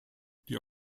die